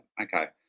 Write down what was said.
okay